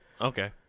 Okay